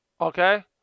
Okay